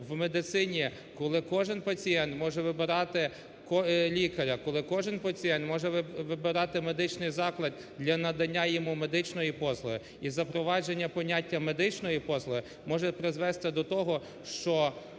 лікаря, коли кожен пацієнт може вибирати медичний заклад для надання йому медичної послуги, і запровадження поняття "медичної послуги" може призвести до того, що